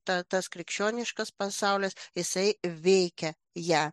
ta tas krikščioniškas pasaulis jisai veikė ją